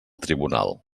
tribunal